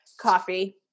Coffee